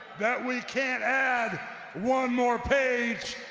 that we can't add one more page,